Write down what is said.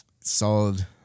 Solid